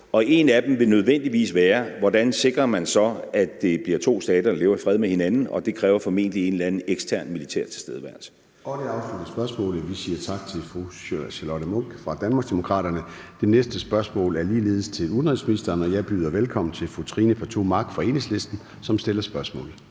en af dem nødvendigvis vil være, hvordan man så sikrer, at det bliver to stater, der lever i fred med hinanden, og at det formentlig kræver en eller anden form for ekstern militær tilstedeværelse.